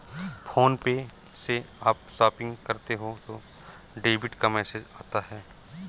phone पे से आप शॉपिंग करते हो तो डेबिट का मैसेज आता है